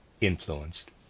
influenced